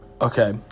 okay